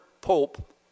pope